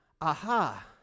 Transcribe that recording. aha